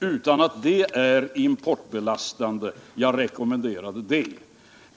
utan att det innebär någon importbelastning. Jag rekommenderade en sådan metod.